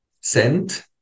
sent